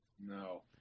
No